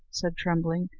said trembling,